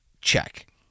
Check